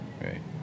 right